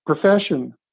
profession